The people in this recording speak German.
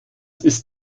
ist